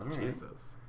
Jesus